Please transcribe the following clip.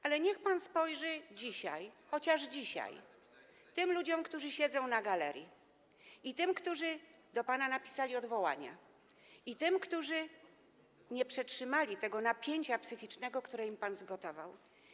Ale niech pan spojrzy dzisiaj w oczy, chociaż dzisiaj, tym ludziom, którzy siedzą na galerii, i tym, którzy do pana napisali odwołania, i tym, którzy nie przetrzymali tego napięcia psychicznego, które im pan zgotował.